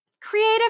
creative